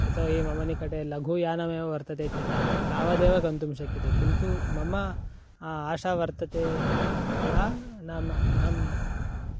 यतोहि मम निकटे लघुयानमेव वर्तते इत्यतः तावदेव गन्तुं शक्यते किन्तु मम आशा वर्तते या नाम अहं